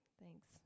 Thanks